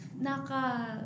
Naka